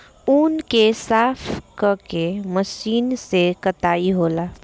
ऊँन के साफ क के मशीन से कताई होला